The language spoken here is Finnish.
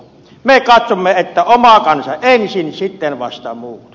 me katsomme että oma kansa ensin sitten vasta muut